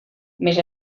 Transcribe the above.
més